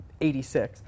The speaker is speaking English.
86